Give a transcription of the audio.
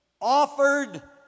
offered